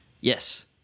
Yes